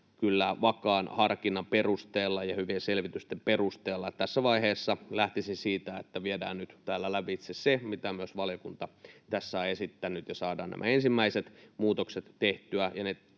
vakaan harkinnan perusteella ja hyvien selvitysten perusteella. Tässä vaiheessa lähtisin siitä, että viedään nyt täällä lävitse se, mitä myös valiokunta tässä on esittänyt, ja saadaan tehtyä nämä ensimmäiset muutokset ja